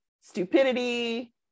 stupidity